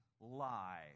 lie